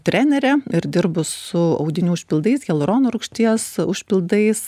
trenerė ir dirbu su audinių užpildais hialurono rūgšties užpildais